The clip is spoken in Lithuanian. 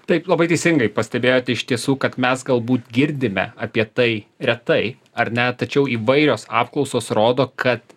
taip labai teisingai pastebėjote iš tiesų kad mes galbūt girdime apie tai retai ar ne tačiau įvairios apklausos rodo kad